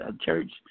church